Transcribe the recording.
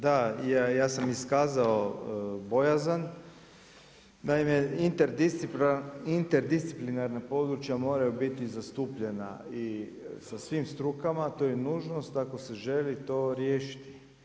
Da, ja sam iskazao bojazan naime interdisciplinarna područja moraju biti zastupljena sa svim strukama, to je nužnost ako se želi to riješiti.